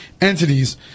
entities